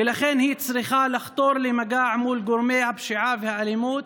ולכן היא צריכה לחתור למגע מול גורמי הפשיעה והאלימות,